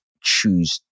choose